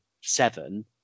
seven